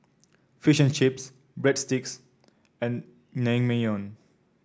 Fish and Chips Breadsticks and Naengmyeon